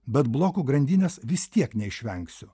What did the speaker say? bet blokų grandinės vis tiek neišvengsiu